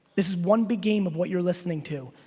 this is one big game of what your listening to.